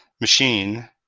machine